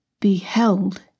beheld